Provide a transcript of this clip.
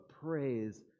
praise